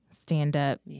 stand-up